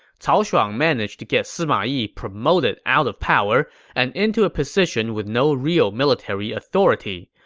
ah managed to get sima yi promoted out of power and into a position with no real military authority.